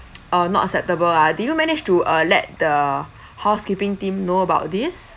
uh not acceptable lah did you manage to uh let the housekeeping team know about this